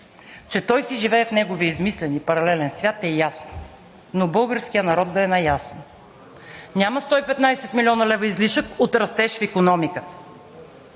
Че той си живее в неговия измислен и паралелен свят, е ясно, но българският народ да е наясно – няма 115 млн. лв. излишък от растеж в икономиката!